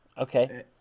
Okay